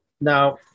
Now